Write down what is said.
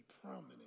prominent